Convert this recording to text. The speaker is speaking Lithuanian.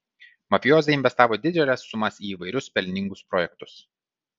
mafijozai investavo didžiules sumas į įvairius pelningus projektus